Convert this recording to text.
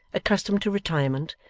accustomed to retirement,